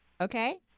okay